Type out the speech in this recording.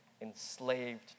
enslaved